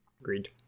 Agreed